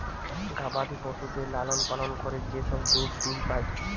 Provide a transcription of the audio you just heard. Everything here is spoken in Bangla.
গবাদি পশুদের লালন পালন করে যে সব দুধ ডিম্ পাই